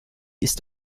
ist